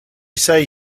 say